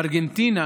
בארגנטינה